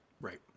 Right